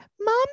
mom